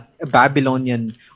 Babylonian